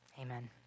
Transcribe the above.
Amen